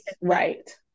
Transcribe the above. Right